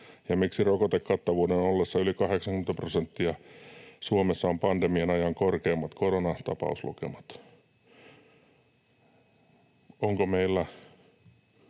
miksi rokotekattavuuden ollessa yli 80 prosenttia Suomessa on pandemian ajan korkeimmat koronatapauslukemat? Onko meillä